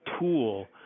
tool